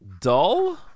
Dull